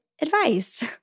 advice